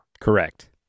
Correct